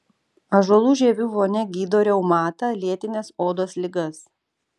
ąžuolų žievių vonia gydo reumatą lėtines odos ligas